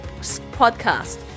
podcast